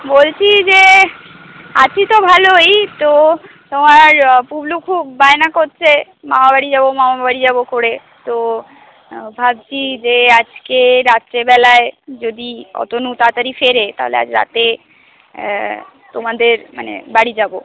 বলছি যে আছি তো ভালোই তো তোমার পুবলু খুব বায়না করছে মামাবাড়ি যাব মামাবাড়ি যাব করে তো ভাবছি যে আজকে রাত্রিবেলায় যদি অতনু তাড়াতাড়ি ফেরে তা হলে আজ রাতে তোমাদের মানে বাড়ি যাব